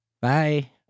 Bye